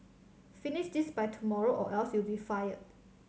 finish this by tomorrow or else you'll be fired